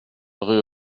rue